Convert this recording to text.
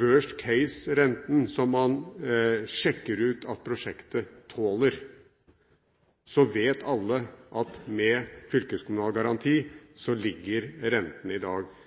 «worst case»-renten, som man sjekker at prosjektet tåler. Alle vet at med fylkeskommunal garanti ligger renten i dag